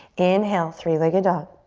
inhale, three-legged dog.